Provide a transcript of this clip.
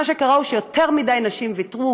מה שקרה הוא שיותר מדי נשים ויתרו